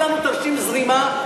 תביא לנו תרשים זרימה.